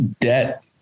debt